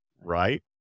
right